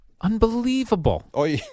Unbelievable